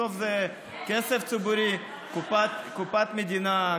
בסוף זה כסף של הציבור, קופת המדינה.